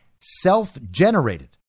self-generated